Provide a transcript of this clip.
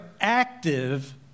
active